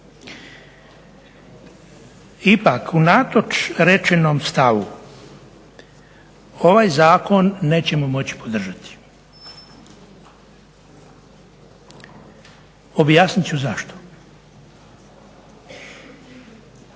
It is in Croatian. Ipak, unatoč rečenom stavu ovaj zakon nećemo moći podržati. Objasnit ću zašto.